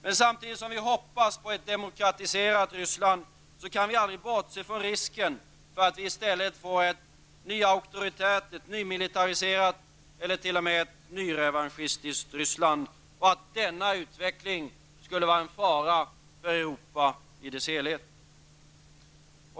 Men samtidigt som vi hoppas på ett demokratiserat Ryssland kan vi aldrig bortse från risken för att det i stället uppstår ett nyauktoritärt, nymilitariserat eller t.o.m. ett nyrevanschistiskt Ryssland och att denna utveckling skulle innebära faror för Europa i dess helhet.